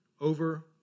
over